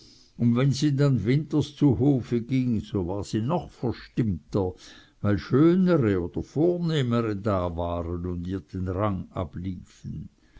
und wenn sie dann winters zu hofe ging so war sie noch verstimmter weil schönere oder vornehmere da waren und ihr den rang abliefen